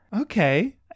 Okay